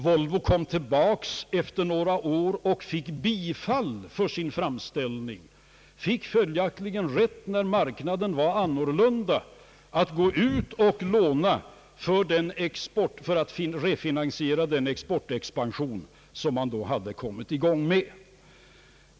Volvo kom tillbaka efter några år och fick bifall på sin framställning, fick följaktligen rätt, när marknaden var annorlunda, att gå ut och låna för att refinansiera den exportexpansion som man då hade påbörjat.